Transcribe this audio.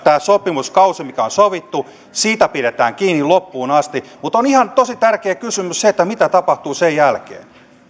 tästä sopimuskaudesta mikä on sovittu pidetään kiinni loppuun asti mutta on ihan tosi tärkeä kysymys että mitä tapahtuu sen jälkeen